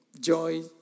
joy